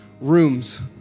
rooms